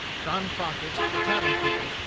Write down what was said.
john crockett, the tavern-keeper,